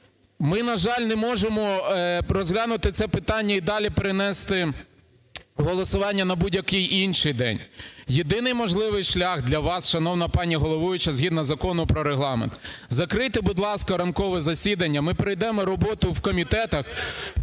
Ми, на жаль, не можемо розглянути це питання і далі перенести голосування на будь-який інший день. Єдиний можливий шлях для вас, шановна пані головуюча, згідно Закону про Регламент, – закрийте, будь ласка, ранкове засідання, ми перейдемо на роботу в комітетах,